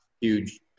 huge